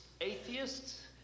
Atheists